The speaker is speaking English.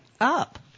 Up